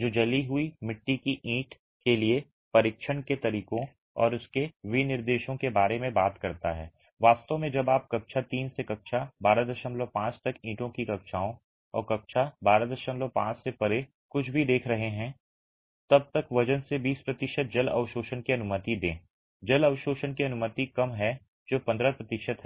जो जली हुई मिट्टी की ईंट के लिए परीक्षण के तरीकों और उसके विनिर्देशों के बारे में बात करता है वास्तव में जब तक आप कक्षा 3 से कक्षा 125 तक ईंटों की कक्षाओं और कक्षा 125 से परे कुछ भी देख रहे हैं तब तक वजन से 20 प्रतिशत जल अवशोषण की अनुमति दें जल अवशोषण की अनुमति कम है जो 15 प्रतिशत है